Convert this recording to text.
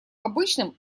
обычным